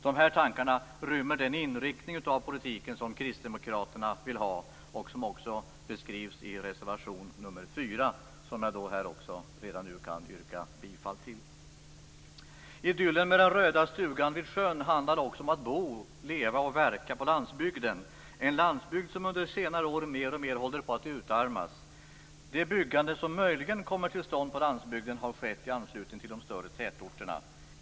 Dessa tankar rymmer den inriktning av politiken som Kristdemokraterna vill ha och som också beskrivs i reservation nr 4, som jag redan nu yrkar bifall till. Idyllen med den röda stugan vid sjön handlar om att bo, leva och verka på landsbygden. Det är en landsbygd som under senare år mer och mer har hållit på att utarmas. Det byggande som möjligen kommit till stånd på landsbygden har skett i anslutning till de större tätorterna.